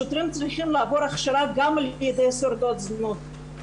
השוטרים צריכים לעבור הכשרה גם על-ידי שורדות זנות.